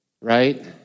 right